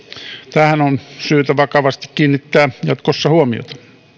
tähän on syytä vakavasti kiinnittää jatkossa huomiota